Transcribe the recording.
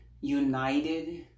united